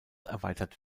erweitert